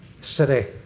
city